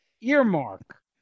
earmark